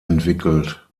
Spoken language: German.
entwickelt